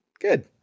good